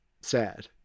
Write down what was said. sad